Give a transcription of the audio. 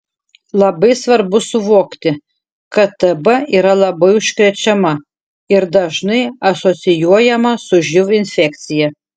labai svarbu suvokti kad tb yra labai užkrečiama ir dažnai asocijuojama su živ infekcija